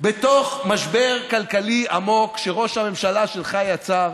בתוך משבר כלכלי עמוק שראש הממשלה שלך יצר,